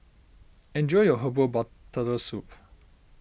enjoy your Herbal Bar Turtle Soup